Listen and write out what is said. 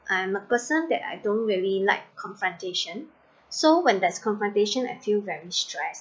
I'm a person that I don't really like confrontation so when there's confrontation I'll feel very stressed